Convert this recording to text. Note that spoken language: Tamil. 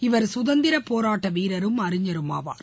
இவர் சுதந்திரப்போராட்ட வீரரும் அறிஞரும் ஆவார்